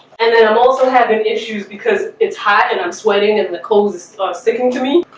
and then i'm also having issues because it's hot and i'm sweating and the coals sticking to me